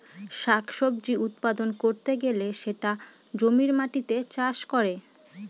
শাক সবজি উৎপাদন করতে গেলে সেটা জমির মাটিতে চাষ করে